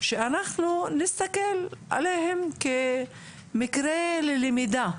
שאנחנו נסתכל עליהם כמקרה ללמידה,